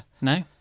No